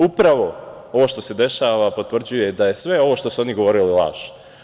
Upravo ovo što se dešava potvrđuje da je sve ovo što su oni govorili laž.